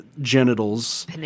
genitals